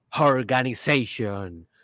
organization